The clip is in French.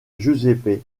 giuseppe